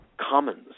commons